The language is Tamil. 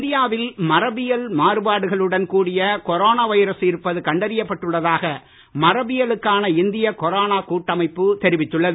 இந்தியாவில் மரபியல் மாறுபாடுகளுடன் கூடிய கொரோனா வைரஸ் இருப்பது கண்டறியப்பட்டுள்ளதாக மரபியலுக்கான இந்திய கொரோனா கூட்டமைப்பு தெரிவித்துள்ளது